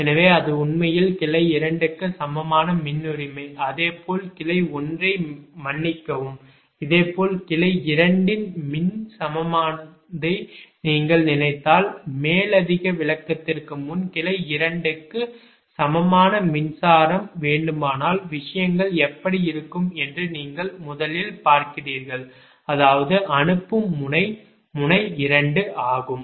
எனவே அது உண்மையில் கிளை 2 க்கு சமமான மின் உரிமை அதே போல் கிளை 1 ஐ மன்னிக்கவும் இதேபோல் கிளை 2 இன் மின் சமமானதை நீங்கள் நினைத்தால் மேலதிக விளக்கத்திற்கு முன் கிளை 2 க்கு சமமான மின்சாரம் வேண்டுமானால் விஷயங்கள் எப்படி இருக்கும் என்று நீங்கள் முதலில் பார்க்கிறீர்கள் அதாவது அனுப்பும் முனை முனை 2 ஆகும்